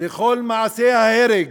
לכל מעשי ההרג